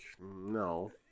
no